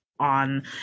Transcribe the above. on